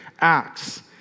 acts